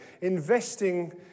Investing